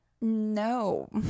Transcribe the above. No